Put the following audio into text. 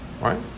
right